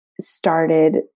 started